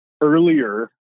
earlier